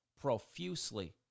profusely